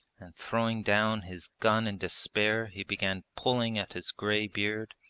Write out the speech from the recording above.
and throwing down his gun in despair he began pulling at his grey beard,